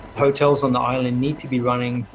hotels on the island need to be running,